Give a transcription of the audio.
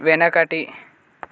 వెనకటి